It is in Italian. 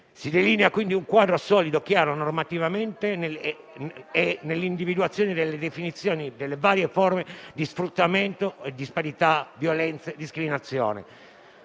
Si delinea, quindi, un quadro solido e chiaro, normativamente e nell'individuazione delle definizioni delle varie forme di sfruttamento, disparità e discriminazioni.